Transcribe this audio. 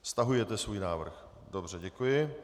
Stahujete svůj návrh, dobře, děkuji.